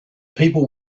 people